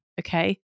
Okay